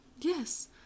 Yes